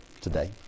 today